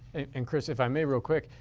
and chris, if i may, real quick,